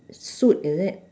suit is it